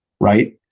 right